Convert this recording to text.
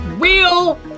real